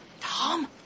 Tom